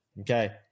okay